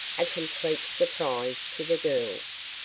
a complete surprise to the girls.